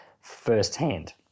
firsthand